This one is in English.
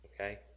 okay